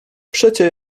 przecie